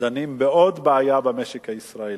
דנים בעוד בעיה במשק הישראלי.